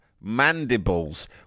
mandibles